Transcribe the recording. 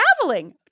traveling